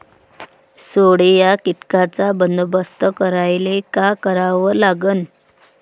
सोंडे या कीटकांचा बंदोबस्त करायले का करावं लागीन?